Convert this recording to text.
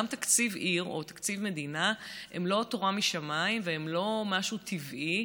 גם תקציב עיר או תקציב מדינה הם לא תורה משמיים והם לא משהו טבעי.